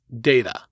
Data